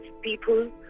people